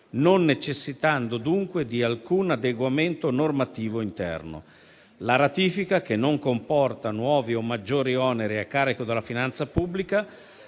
non necessitando dunque di alcun adeguamento normativo interno. La ratifica, che non comporta nuovi o maggiori oneri a carico della finanza pubblica,